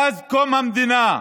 מאז קום המדינה.